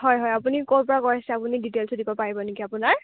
হয় হয় আপুনি ক'ৰ পৰা কৈ আছে আপুনি ডিটেইলচ্টো দিব পাৰিব নেকি আপোনাৰ